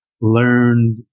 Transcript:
learned